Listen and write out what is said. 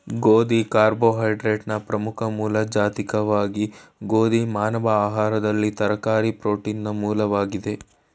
ಗೋಧಿ ಕಾರ್ಬೋಹೈಡ್ರೇಟ್ನ ಪ್ರಮುಖ ಮೂಲ ಜಾಗತಿಕವಾಗಿ ಗೋಧಿ ಮಾನವ ಆಹಾರದಲ್ಲಿ ತರಕಾರಿ ಪ್ರೋಟೀನ್ನ ಮೂಲವಾಗಿದೆ